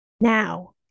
Now